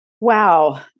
Wow